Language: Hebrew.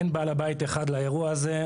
אין בעל הבית אחד לאירוע הזה,